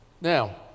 Now